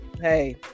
hey